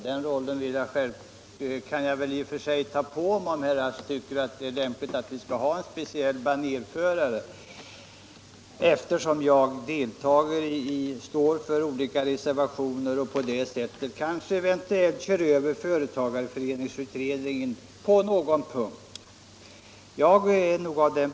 Den rollen kan jag väl i och för sig påta mig, om herr Rask tycker det är lämpligt att vi har en speciell banérförare, eftersom jag står för olika reservationer och på det sättet eventuellt kör över företagareföreningsutredningen på någon punkt.